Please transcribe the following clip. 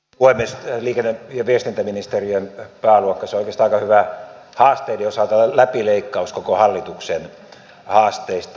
liikenne ja viestintäministeriön pääluokka on oikeastaan haasteiden osalta aika hyvä läpileikkaus koko hallituksen haasteista